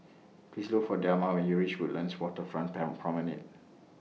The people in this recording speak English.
Please Look For Delmar when YOU REACH Woodlands Waterfront Promenade